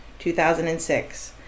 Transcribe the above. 2006